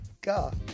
God